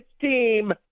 team